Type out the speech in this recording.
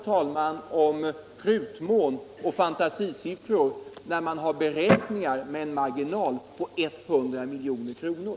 Tala om prutmån och fantasisiffror, när man gör beräkningar med en marginal på 100 milj.kr.!